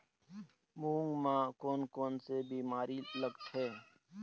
मूंग म कोन कोन से बीमारी लगथे?